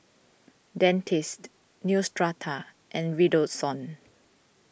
Dentiste Neostrata and Redoxon